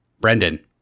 Brendan